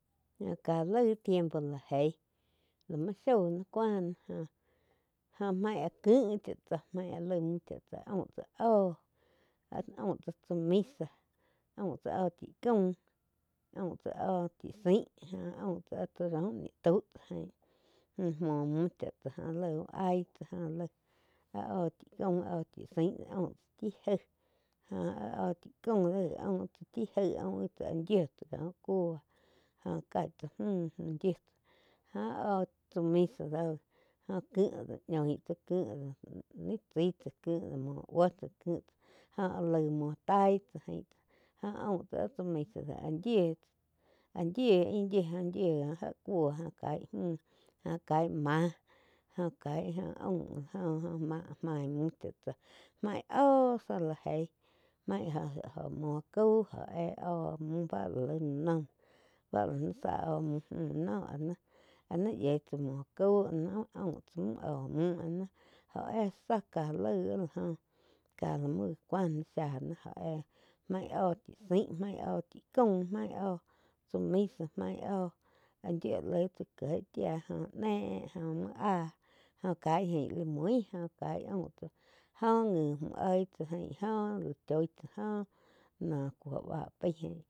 Ká laig tiempo la jeig lá muo shoi ná cuáin nah joh máig áh kih tsá sáh maig áh laig mu chá tsá aum tsá óh áh aum tsá tsa misa aum tsá óh chí caum, aum tsá óh chí zain jo aum tsá áh raum ni tau tsá jain. Jó muo múh chá tsá jó laig úh áig tsá jó lai áh óh chi caum áh oh chí zain aúm tsá tsai jaíg jó áh óh chí caum do gi aúm tsá chí jaim aúm yiu tsá kó cúo jóh. Caíg tsá múh yíu jó áh óh tsá misa dóh jóh kíh dó ñoin tsá kih ni chaí tsá kih muo búo tsá kih jó áh laig muo taí tsá ain aúm tsá áh tsá misa áh yiu y yiu jóh yíu kó áh cóu jo caig mü caig máh jó caig óh aum joh maih múh chá tsá main óh záh la eig maih-oh-oh muo cau óh éh óh müh bá lá laig la noh zá óh mu la noh áh ni-áh ni yieh tsá muo cau áh ni aum tsá mú óho muh joh éh záh cá laig ká lá muo gá cuá na sáh ná óh éh main óh chí zain maín óh chi caum maih óh tsá misa maih óh yiú laig tsá kieg chía jo neh jo uo áh óh caih jaín la mui joh caig aum tsáh jó ngi múh oig tsá ain joh la choi tsá joh noh cúo báh paí.